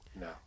no